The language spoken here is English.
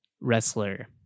wrestler